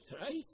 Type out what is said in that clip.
right